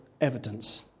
evidence